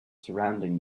surrounding